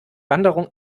wanderung